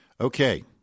Okay